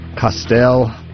Castel